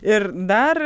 ir dar